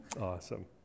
Awesome